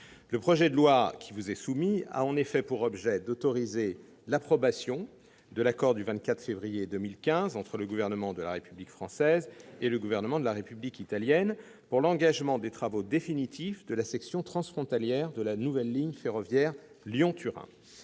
vers sa réalisation. Il a en effet pour objet d'autoriser l'approbation de l'accord du 24 février 2015 entre le Gouvernement de la République française et le Gouvernement de la République italienne pour l'engagement des travaux définitifs de la section transfrontalière de la nouvelle ligne ferroviaire Lyon-Turin.